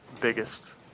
biggest